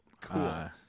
Cool